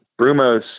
Brumos